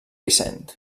vicent